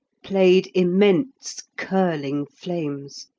played immense curling flames,